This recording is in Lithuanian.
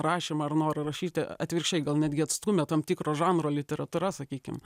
rašymą ar norą rašyti atvirkščiai gal netgi atstumė tam tikro žanro literatūra sakykim